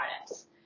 products